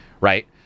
Right